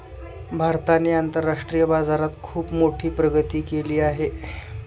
भारताने आंतरराष्ट्रीय बाजारात खुप मोठी प्रगती केली आहे